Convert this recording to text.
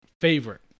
favorite